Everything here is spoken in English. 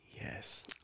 yes